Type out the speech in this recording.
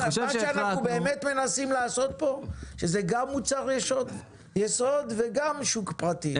אנחנו מנסים לעשות כאן כך שזה גם מוצר יסוד וגם שוק פרטי.